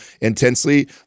intensely